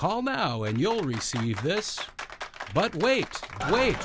call now and you'll receive this but wait wait